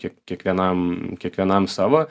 kiek kiekvienam kiekvienam savo